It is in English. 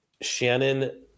Shannon